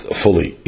fully